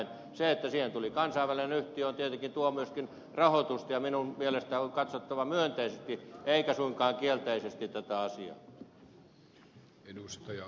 se että siihen tuli mukaan kansainvälinen yhtiö tietenkin tuo myöskin rahoitusta ja minun mielestäni on katsottava myönteisesti eikä suinkaan kielteisesti tätä asiaa